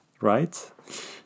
Right